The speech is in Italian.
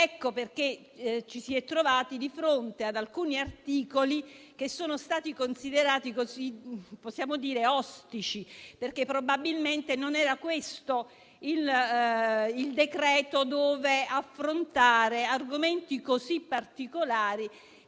Ecco perché ci si è trovati di fronte ad alcuni articoli che sono stati considerati ostici, perché probabilmente non avrebbe dovuto essere questo lo strumento con cui affrontare argomenti così particolari